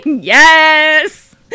Yes